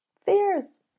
fears